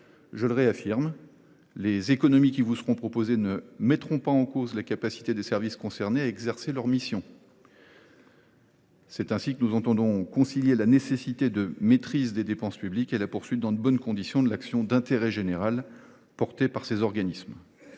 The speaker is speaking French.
Je le réaffirme : les économies qui vous seront proposées ne mettront pas en cause la capacité des services concernés à exercer leurs missions. C’est ainsi que nous entendons concilier la nécessaire maîtrise des dépenses publiques et la poursuite, dans de bonnes conditions, de l’action d’intérêt général portée par ces organismes.